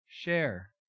share